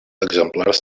exemplars